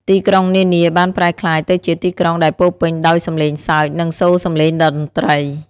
ទីក្រុងនានាបានប្រែក្លាយទៅជាទីក្រុងដែលពោរពេញដោយសំឡេងសើច និងសូរសំឡេងតន្ត្រី។